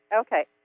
Okay